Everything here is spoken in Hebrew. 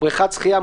בריכת שחייה,